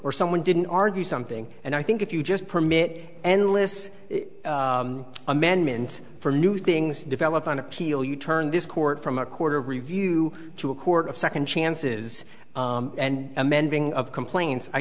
or someone didn't argue something and i think if you just permit enlists amendment for new things develop on appeal you turn this court from a quarter of review to a court of second chances and amending of complaints i